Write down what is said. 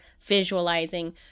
visualizing